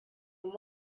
amb